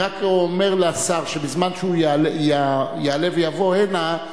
אני רק אומר לשר, בזמן שהוא יעלה ויבוא הנה: